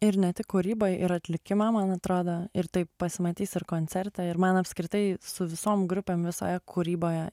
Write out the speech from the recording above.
ir ne tik kūryboj ir atlikime man atrodo ir tai pasimatys ir koncerte ir man apskritai su visom grupėm visoje kūryboje